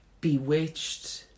Bewitched